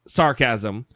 sarcasm